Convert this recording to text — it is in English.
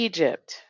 Egypt